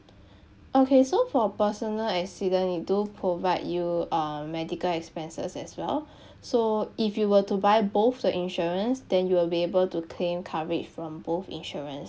okay so for personal accident we do provide you um medical expenses as well so if you were to buy both the insurance then you will be able to claim coverage from both insurance